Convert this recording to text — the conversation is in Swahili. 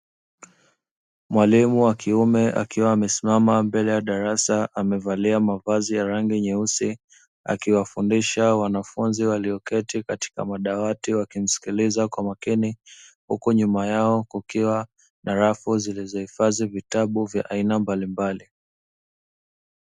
Mwalimu wa kiume akiwa amesimama mbele ya darasa amevalia mavazi ya rangi nyeusi akiwafundisha wanafunzi walioketi katika madawati wakimsikiliza kwa makini, huku nyuma yao kukiwa na rafu zilizohifadhi vitabu vya aina mbalimbali.